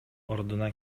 ордуна